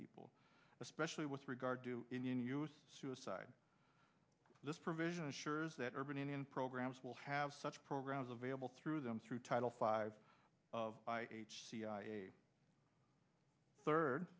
people especially with regard to indian youth suicide this provision assures that urban indian programs will have such programs available through them through title five of h c i a third